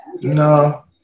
no